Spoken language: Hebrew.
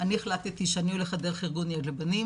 אני החלטתי שאני הולכת דרך ארגון יד לבנים